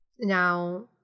Now